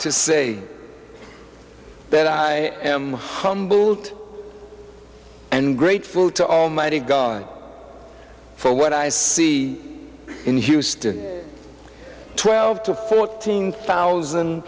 to say that i am humbled and grateful to almighty god for what i see in houston twelve to fourteen thousand